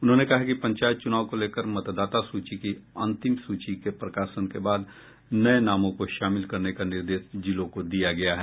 उन्होंने कहा कि पंचायत चुनाव को लेकर मतदाता सूची की अंतिम सूची के प्रकाशन के बाद नये नामों को शामिल करने का निर्देश जिलों को दिया गया है